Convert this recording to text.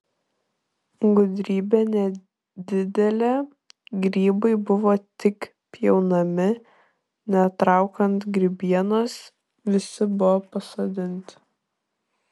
gudrybė nedidelė grybai buvo tik pjaunami netraukant grybienos visi buvo pasodinti